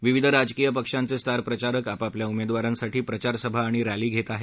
विविध राजकीय पक्षांचे स्टार प्रचारक आपापल्या उमेदवारांसाठी प्रचारसभा आणि रॅली घेत आहेत